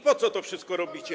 Po co to wszystko robicie?